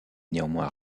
néanmoins